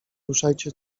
ruszajcie